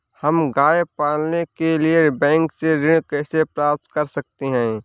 हम गाय पालने के लिए बैंक से ऋण कैसे प्राप्त कर सकते हैं?